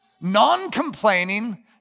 non-complaining